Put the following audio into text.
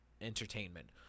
entertainment